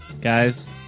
Guys